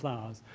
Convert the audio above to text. flowers,